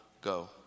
go